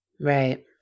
Right